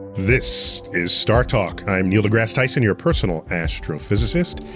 this is startalk. i'm neil degrasse tyson, your personal astrophysicist.